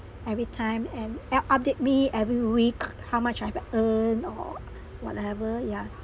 everytime and up~ update me every week how much I've earned or whatever yeah